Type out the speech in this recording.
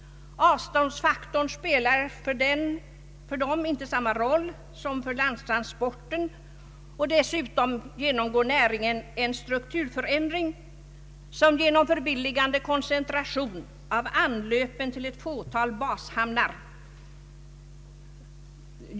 Avståndsfaktorn spelar för den inte samma roll som för landtransporten, och dessutom genomgår näringen en strukturförändring och gynnas av en förbilligande koncentration av anlöpen till ett fåtal bashamnar.